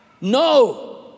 No